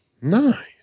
Nice